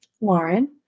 Lauren